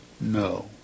No